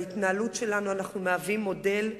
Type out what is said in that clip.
בהתנהלות שלנו אנחנו משמשים מודל.